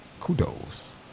Kudos